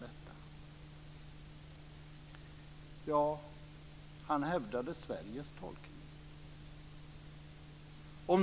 Björn Rosengren hävdade Sveriges tolkning.